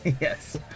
Yes